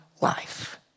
life